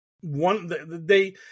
one—they—